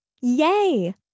Yay